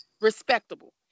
respectable